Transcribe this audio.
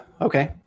Okay